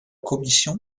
commission